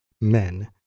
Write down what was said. men